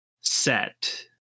set